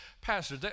Pastor